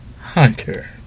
hunter